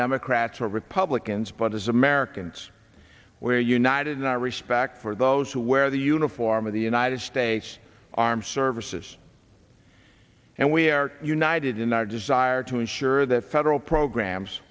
democrats or republicans but as americans we are united in our respect for those who wear the uniform of the united states armed services and we are united in our desire to ensure that federal programs